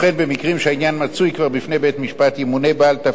במקרים שהעניין מצוי כבר בפני בית-משפט ימונה בעל תפקיד